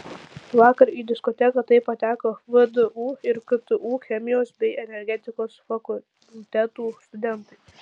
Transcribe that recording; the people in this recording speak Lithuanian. vakar į diskoteką taip pateko vdu ir ktu chemijos bei energetikos fakultetų studentai